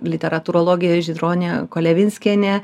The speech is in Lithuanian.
literatūrologė žydronė kolevinskienė